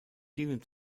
dienen